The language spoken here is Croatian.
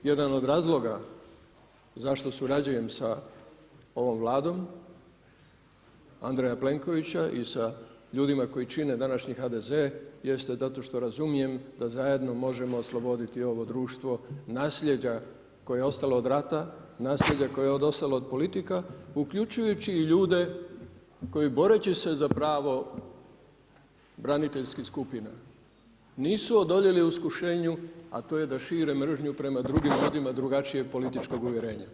Jedan od razloga zašto surađujem sa ovom Vladom Andreja Plenkovića i sa ljudima koji čine današnji HDZ jeste zato što razumijem da zajedno možemo osloboditi ovo društvo nasljeđa koje je ostalo od rata, nasljeđa koje je ostalo od politika uključujući i ljude koji boreći se za pravo braniteljskih skupina nisu odoljeli iskušenju a to je da šire mržnju prema drugim ljudima drugačijeg političkog uvjerenja.